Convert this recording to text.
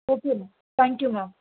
okay ma'am thank you ma'am